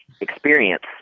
experience